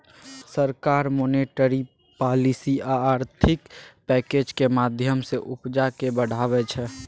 सरकार monetary policy आ आर्थिक पैकैजक माध्यमँ सँ उपजा केँ बढ़ाबै छै